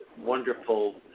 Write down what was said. Wonderful